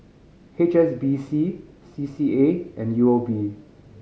H S B C C C A and U O B